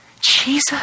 Jesus